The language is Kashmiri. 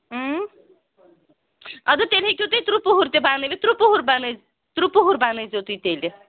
اَدٕ تیٚلہِ ہیٚکِو تُہۍ ترٛوپُہُر تہِ بَنٲوِتھ تُرٛپُہُر بَنٲے تُرٛپُہُر بَنٲوۍزیٚو تُہۍ تیٚلہِ